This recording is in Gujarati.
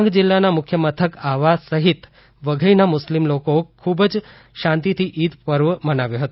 ડાંગ જિલ્લાના મુખ્ય મથક આહવા સહિત વઘઈના મુસ્લિમ લોકો ખુબ જ શાંતિથી ઈદ પર્વ મનાવ્યો હતો